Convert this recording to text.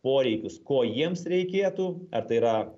poreikius ko jiems reikėtų ar tai yra